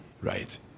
right